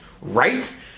right